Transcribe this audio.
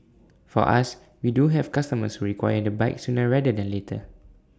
for us we do have customers who require the bike sooner rather than later